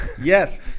Yes